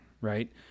right